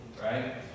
right